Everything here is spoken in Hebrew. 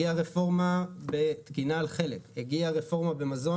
הגיעה רפורמה ותקינה על --- הגיעה רפורמה במזון,